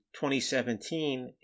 2017